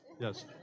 Yes